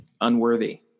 unworthy